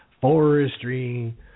forestry